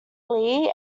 lee